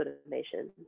automation